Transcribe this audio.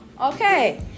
Okay